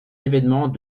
événements